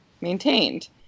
maintained